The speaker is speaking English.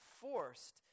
forced